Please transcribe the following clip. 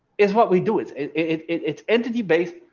is what we do is it's entity based,